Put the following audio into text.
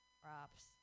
props